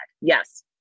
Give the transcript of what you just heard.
Yes